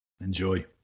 Enjoy